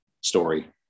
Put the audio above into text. story